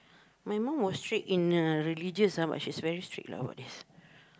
my mom was strict in uh religious ah but she is very strict lah about this